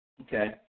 Okay